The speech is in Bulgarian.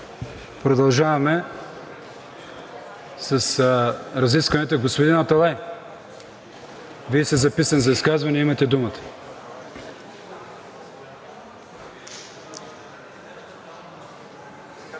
Продължаваме с разискванията. Господин Аталай, Вие сте записан за изказване – имате думата.